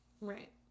Right